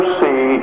see